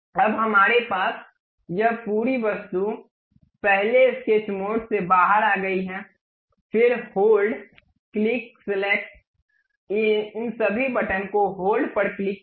अब हमारे पास यह पूरी वस्तु पहले स्केच मोड से बाहर आ गई है फिर होल्ड क्लिक सेलेक्ट इन सभी बटन को होल्ड पर क्लिक करें